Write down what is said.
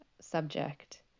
subject